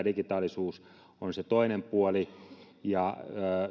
digitaalisuus on se toinen puoli ja